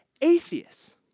atheists